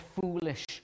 foolish